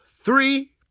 three